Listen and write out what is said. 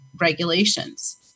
regulations